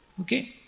Okay